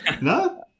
No